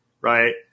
Right